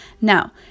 Now